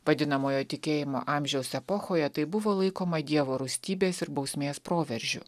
vadinamojo tikėjimo amžiaus epochoje tai buvo laikoma dievo rūstybės ir bausmės proveržiu